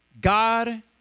God